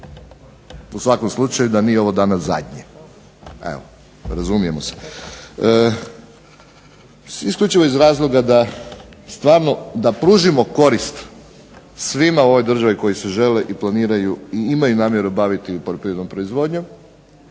U svakom slučaju da nije ovo danas zadnje. Razumijemo se. Isključivo iz razloga da stvarno da pružimo korist svima u ovoj državi koji se žele i planiraju i imaju namjeru baviti poljoprivrednom proizvodnjom